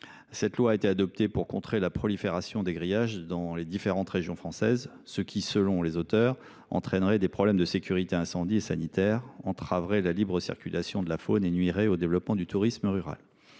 privée a été adoptée pour contrer la prolifération des grillages dans les différentes régions françaises, ce qui, selon ses auteurs, entraînerait des problèmes de sécurité en matière d’incendie et de santé, entraverait la libre circulation de la faune et nuirait au développement du tourisme rural.